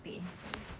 be in sync